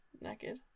naked